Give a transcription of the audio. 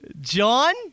John